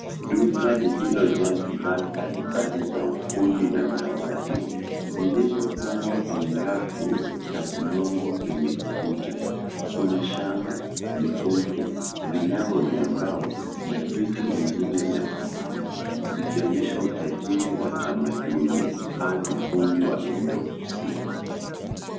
Duka lillilojaa bidhaa mbalimbali za ufundi na zawadi, zilizopangwa kwenye rafu na kunyongwa kwenye kuta. Kuna shanga, mikufu, vinyago vya mbao na vitu vingine vya mapambo vikionyesha utajiri wa tamaduni au ufundi wa eneo husika.